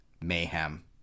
mayhem